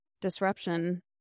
disruption